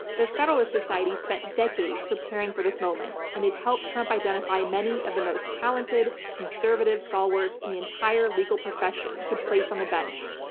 the federalist society spent decades preparing for this moment, and they've helped trump identify many of the most talented, conservative stalwarts in the entire legal profession to place on the bench.